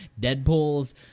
Deadpool's